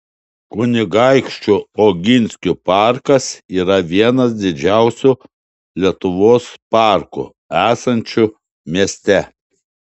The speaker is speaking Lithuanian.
kunigaikščių oginskių parkas yra vienas didžiausių lietuvos parkų esančių mieste